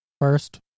first